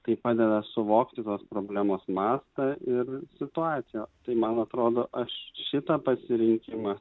tai padeda suvokti tos problemos mastą ir situaciją tai man atrodo aš šitą pasirinkimą